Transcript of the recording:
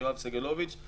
יואב סגלוביץ',